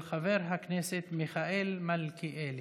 של חבר הכנסת מיכאל מלכיאלי.